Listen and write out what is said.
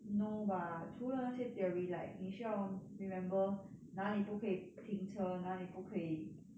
no bah 除了那些 theory like 你需要 remember 哪里不可以停车哪里不可以